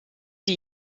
die